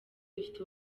dufite